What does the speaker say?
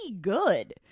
good